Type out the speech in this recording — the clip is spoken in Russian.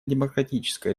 демократическая